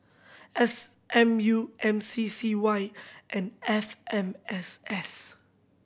S M U M C C Y and F M S S